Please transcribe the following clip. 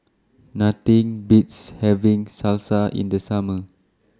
Nothing Beats having Salsa in The Summer